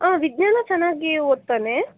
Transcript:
ಹಾಂ ವಿಜ್ಞಾನ ಚೆನ್ನಾಗಿ ಓದ್ತಾನೆ